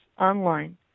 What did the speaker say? online